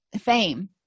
fame